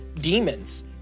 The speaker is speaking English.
demons